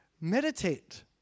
meditate